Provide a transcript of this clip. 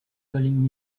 calling